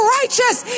righteous